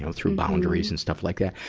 so through boundaries and stuff like ah